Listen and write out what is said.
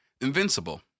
Invincible